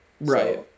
Right